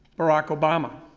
barack obama.